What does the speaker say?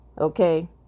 okay